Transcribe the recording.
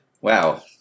Wow